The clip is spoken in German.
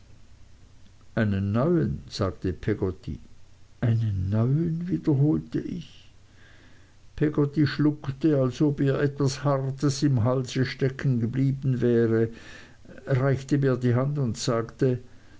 einen neuen sagte peggotty einen neuen wiederholte ich peggotty schluckte als ob ihr etwas hartes im halse stecken geblieben wäre reichte mir die hand und sagte